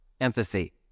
empathy